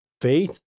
faith